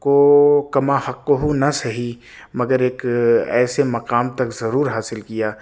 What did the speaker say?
کو کما حقہ نہ سہی مگر ایک ایسے مقام تک ضرور حاصل کیا